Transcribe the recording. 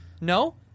No